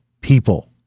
people